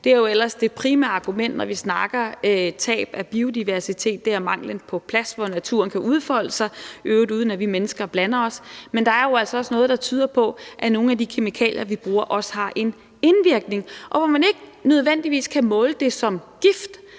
Det er jo ellers det primære argument, når vi snakker om tab af biodiversitet, altså manglen på plads, hvor naturen kan udfolde sig, i øvrigt uden at vi mennesker blander os, men der er jo altså også noget, der tyder på, at nogle af de kemikalier, vi bruger, også har en indvirkning, selv om ikke nødvendigvis kan måle det som gift.